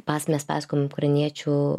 pasmes pasokojom ukrainiečių